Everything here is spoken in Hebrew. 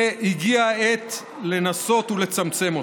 והגיעה העת לנסות ולצמצם אותו.